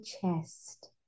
chest